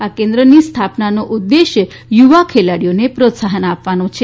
આ કેન્દ્રોની સ્થાપનાનો ઉદેશ યુવા ખેલાડીઓને પ્રોત્સાહન આપવાનો છે